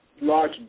large